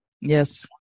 Yes